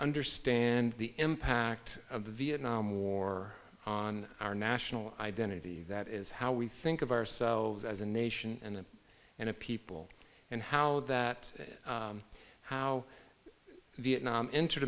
understand the impact of the vietnam war on our national identity that is how we think of ourselves as a nation and and a people and how that how vietnam entered